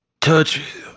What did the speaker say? touch